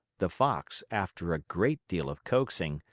the fox, after a great deal of coaxing,